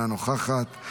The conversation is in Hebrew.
אינה נוכחת,